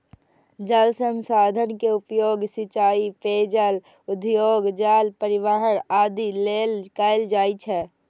जल संसाधन के उपयोग सिंचाइ, पेयजल, उद्योग, जल परिवहन आदि लेल कैल जाइ छै